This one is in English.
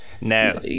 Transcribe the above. No